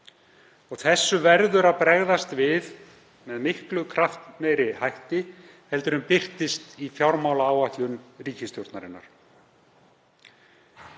þessu verður að bregðast með miklu kraftmeiri hætti en birtist í fjármálaáætlun ríkisstjórnarinnar.